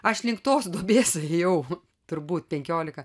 aš link tos duobės ėjau turbūt penkiolika